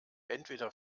entweder